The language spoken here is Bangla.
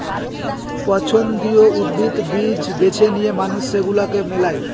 পছন্দীয় উদ্ভিদ, বীজ বেছে নিয়ে মানুষ সেগুলাকে মেলায়